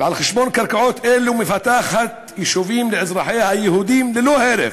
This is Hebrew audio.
ועל חשבון קרקעות אלה מפתחת יישובים לאזרחיה היהודים ללא הרף,